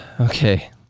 Okay